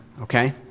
okay